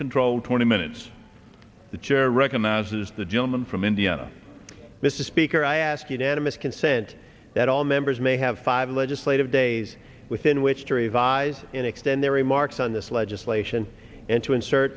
control twenty minutes the chair recognizes the gentleman from indiana mr speaker i ask unanimous consent that all members may have five legislative days within which to revise and extend their remarks on this legislation and to insert